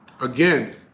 again